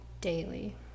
daily